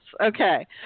Okay